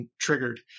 Triggered